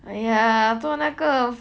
哎呀做那个